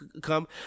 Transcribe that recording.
come